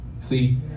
See